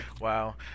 Wow